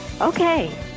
Okay